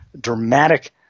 dramatic